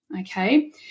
okay